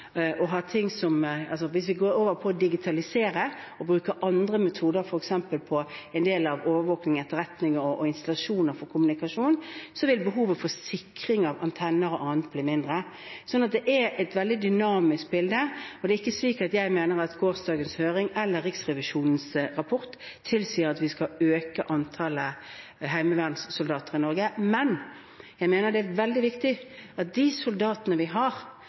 over på å digitalisere og bruke andre metoder, f.eks. på en del av overvåking, etterretning og installasjoner for kommunikasjon, vil behovet for sikring av antenner og annet bli mindre. Så det er et veldig dynamisk bilde, og det er ikke slik at jeg mener at gårsdagens høring eller Riksrevisjonens rapport tilsier at vi skal øke antallet heimevernssoldater i Norge. Men jeg mener at det er veldig viktig at de soldatene vi har,